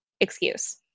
Excuse